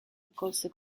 accolse